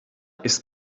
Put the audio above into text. ist